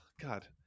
God